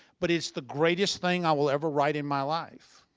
but it's the greatest thing i will ever write in my life.